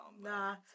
Nah